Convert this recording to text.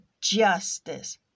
justice